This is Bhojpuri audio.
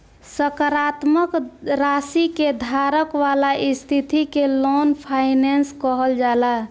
सकारात्मक राशि के धारक वाला स्थिति के लॉन्ग फाइनेंस कहल जाला